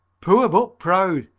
poor but proud,